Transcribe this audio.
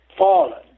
fallen